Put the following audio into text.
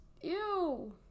Ew